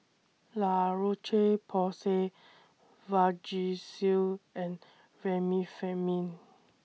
La Roche Porsay Vagisil and Remifemin